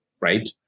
right